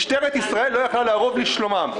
משטרת ישראל לא יכלה לערוב לשלומם.